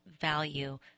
value